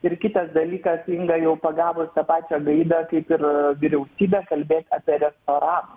ir kitas dalykas inga jau pagavus tą pačią gaidą kaip ir vyriausybė kalbėt apie restoranus